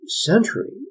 century